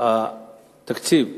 התקציב לניידות,